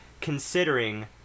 considering